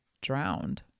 drowned